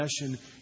possession